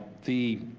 the.